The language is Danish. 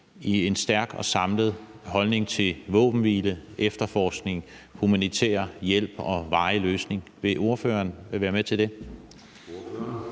i en stærk og samlet holdning til våbenhvile, efterforskning, humanitær hjælp og en varig løsning. Vil ordføreren være med til det?